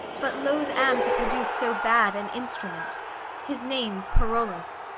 but loath am to produce so bad an instrument his name's parolles.